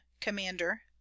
Commander